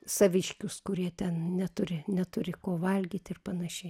saviškius kurie ten neturi neturi ko valgyti ir panašiai